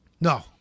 No